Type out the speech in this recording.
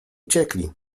uciekli